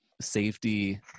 safety